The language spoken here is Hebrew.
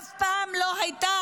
אף פעם לא הייתה,